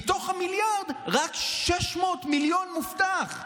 ומתוך המיליארד רק 600 מיליון מובטחים.